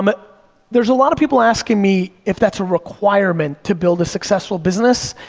um ah there's a lot of people asking me if that's a requirement to build a successful business,